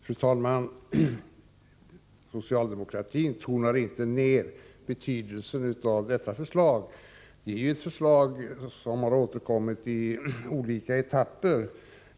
Fru talman! Socialdemokratin tonar inte ner betydelsen av detta förslag. Det är ett förslag som har återkommit i olika etapper.